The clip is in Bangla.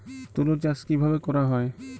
তুলো চাষ কিভাবে করা হয়?